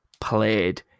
played